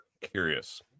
curious